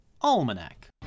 Almanac